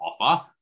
offer